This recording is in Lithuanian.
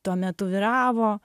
tuo metu vyravo